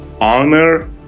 Honor